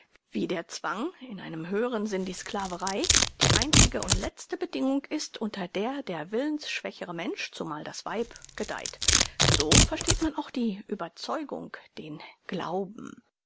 wie der zwang in einem höheren sinn die sklaverei die einzige und letzte bedingung ist unter der der willensschwächere mensch zumal das weib gedeiht so versteht man auch die überzeugung den glauben